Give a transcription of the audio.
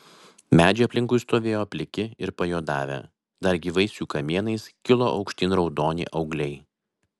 medžiai aplinkui stovėjo pliki ir pajuodavę dar gyvais jų kamienais kilo aukštyn raudoni augliai